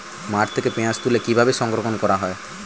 মাঠ থেকে পেঁয়াজ তুলে কিভাবে সংরক্ষণ করা হয়?